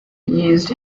used